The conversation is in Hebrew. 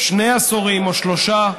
שני עשורים או שלושה.